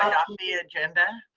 adopt the agenda.